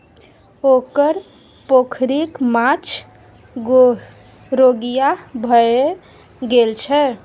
ओकर पोखरिक माछ रोगिहा भए गेल छै